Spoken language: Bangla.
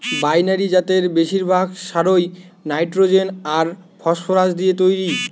বাইনারি জাতের বেশিরভাগ সারই নাইট্রোজেন আর ফসফরাস দিয়ে তইরি